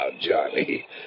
Johnny